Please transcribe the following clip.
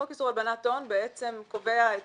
חוק איסור הלבנת הון בעצם קובע את